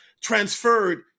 transferred